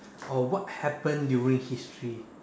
or what happened during history